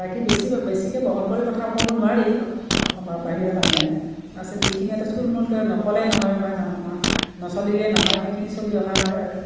বাকী বেছি বেছিকৈ বহল কৰি কথা ক'ব নোৱাৰি অসমৰ বাহিৰৰ মানুহে তাৰপিছত যিখিনি এটা থুলমূলকৈ নকলে নহয় বা নচলিলে নহয় সেইখিনি চলি অহা হয় আৰু